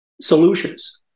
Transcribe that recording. solutions